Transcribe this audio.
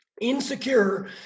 insecure